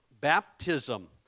Baptism